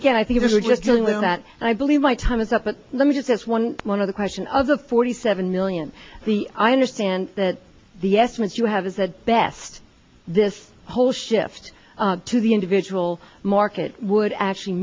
again i think there's a good feeling that i believe my time is up but let me just as one one of the question of the forty seven million the i understand that the estimates you have is the best this whole shift to the individual market would actually